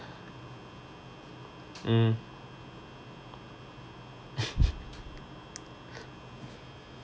mm